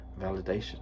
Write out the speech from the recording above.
validation